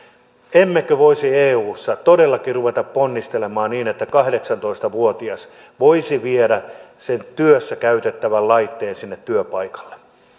emmekö voisi eussa todellakin ruveta ponnistelemaan niin että kahdeksantoista vuotias voisi viedä sen työssä käytettävän laitteen sinne työpaikalle